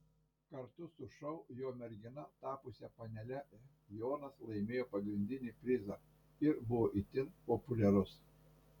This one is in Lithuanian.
kartu su šou jo mergina tapusia panele jonas laimėjo pagrindinį prizą ir buvo itin populiarus